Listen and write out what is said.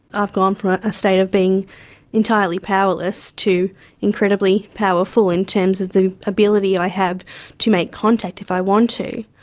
i've gone from a ah state of being entirely powerless to incredibly powerful in terms of the ability i have to make contact if i want to.